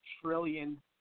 trillion